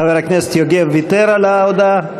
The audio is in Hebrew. חבר הכנסת יוגב ויתר על ההודעה?